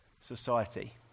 society